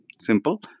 Simple